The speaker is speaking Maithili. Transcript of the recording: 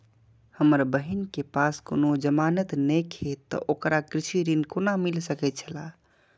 हमर बहिन के पास कोनो जमानत नेखे ते ओकरा कृषि ऋण कोना मिल सकेत छला?